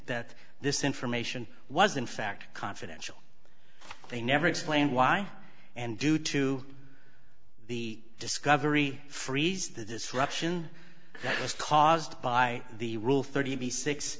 that this information was in fact confidential they never explained why and due to the discovery freeze the disruption that was caused by the rule thirty six